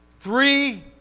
three